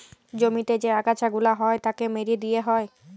জমিতে যে আগাছা গুলা হ্যয় তাকে মেরে দিয়ে হ্য়য়